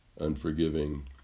unforgiving